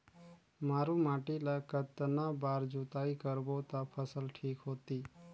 मारू माटी ला कतना बार जुताई करबो ता फसल ठीक होती?